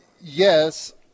Yes